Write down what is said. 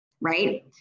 right